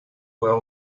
will